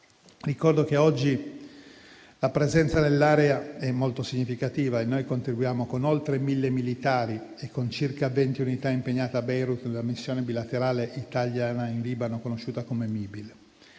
Ricordo che oggi la presenza nell'area è molto significativa e che noi contribuiamo con oltre 1.000 militari e con circa 20 unità impegnate a Beirut nella Missione militare bilaterale italiana in Libano, conosciuta come Mibil.